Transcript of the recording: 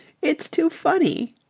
it's too funny.